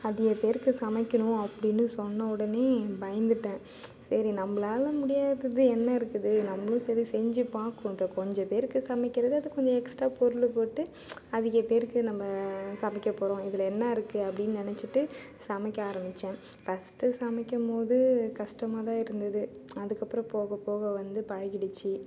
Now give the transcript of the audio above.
அதிகப் பேருக்கு சமைக்கணும் அப்படின்னு சொன்ன உடனே பயந்துட்டேன் சரி நம்மளால் முடியாதது என்ன இருக்குது நம்மளும் சரி செஞ்சு பார்ப்போம் இப்போது கொஞ்சம் பேருக்கு சமைக்கிறது அது கொஞ்சம் எக்ஸ்ட்ரா பொருளை போட்டு அதிகப் பேருக்கு நம்ம சமைக்கப் போகிறோம் இதில் என்ன இருக்குது அப்படின்னு நினைச்சிட்டு சமைக்க ஆரம்பித்தேன் ஃபஸ்ட் சமைக்கும் போது கஷ்டமாக தான் இருந்தது அதுக்கப்புறம் போக போக வந்து பழகிடுத்து